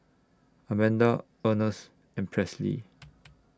Amanda Ernest and Presley